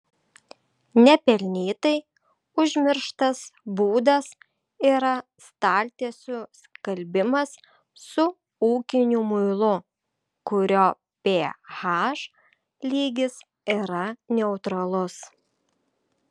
nepelnytai užmirštas būdas yra staltiesių skalbimas su ūkiniu muilu kurio ph lygis yra neutralus